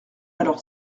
alors